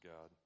God